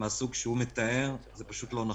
הסוג שהוא מתאר זה פשוט לא נכון.